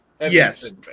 Yes